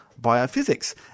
biophysics